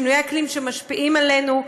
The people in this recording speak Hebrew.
שינויי אקלים שמשפיעים עלינו,